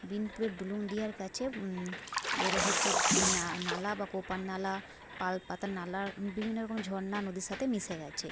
বিনপুরের ডুলুং ডিয়ার কাছে এর হচ্ছে না নালা বা কোপার নালা পাল পাতা নালার বিভিন্ন রকম ঝরনা নদীর সাথে মিশে গেছে